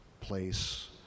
place